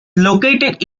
located